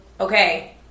okay